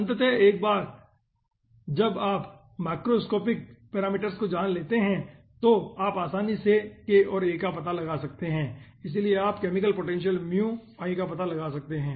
अतः एक बार जब आप माक्रोस्कोपिक पैरामीटर्स को जान लेते हैं तो आप आसानी से k और a का पता लगा सकते हैं और इसलिए आप केमिकल पोटेंशियल का पता लगा सकते हैं